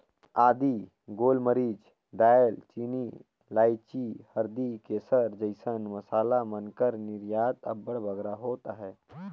आदी, गोल मरीच, दाएल चीनी, लाइची, हरदी, केसर जइसन मसाला मन कर निरयात अब्बड़ बगरा होत अहे